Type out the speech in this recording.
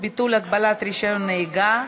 ביטול הגבלת רישיון נהיגה),